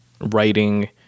writing